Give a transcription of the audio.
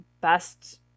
best